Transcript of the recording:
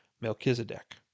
Melchizedek